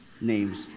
names